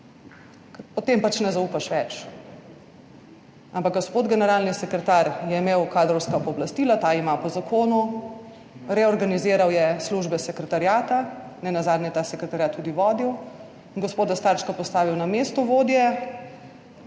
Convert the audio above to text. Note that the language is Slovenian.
potem pač ne zaupaš več. Ampak gospod generalni sekretar je imel kadrovska pooblastila. Ta ima po zakonu, reorganiziral je službe sekretariata, nenazadnje je ta sekretariat tudi vodil, gospoda Starčka postavil na mesto vodje.